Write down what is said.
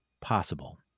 possible